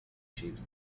shapes